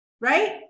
right